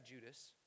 Judas